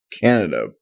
Canada